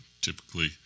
typically